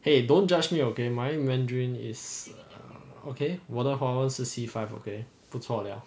!hey! don't judge me okay my mandarin is okay 我的华文是 C five okay 不错 liao